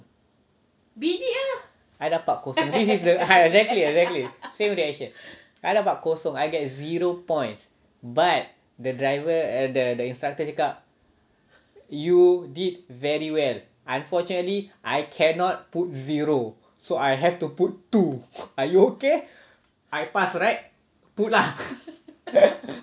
I dapat kosong this is the exactly exactly same reaction I dapat kosong I get zero points but the driver the the instructor cakap you did very well unfortunately I cannot put zero so I have to put two are you okay I pass right put lah